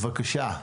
בבקשה.